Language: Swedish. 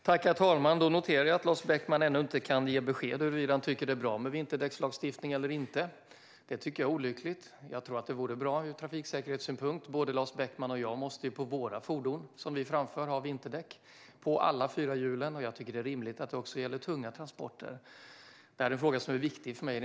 Herr talman! Jag noterar att Lars Beckman ännu inte kan ge besked om huruvida han tycker att det är bra med en vinterdäckslagstiftning eller inte, vilket är olyckligt. Jag tror att en sådan lagstiftning vore bra ur trafiksäkerhetssynpunkt. Både Lars Beckman och jag måste ha vinterdäck på alla fyra hjulen på våra fordon som vi framför, och jag tycker att det är rimligt att det också gäller tunga transporter. Detta är en fråga som är viktig för mig.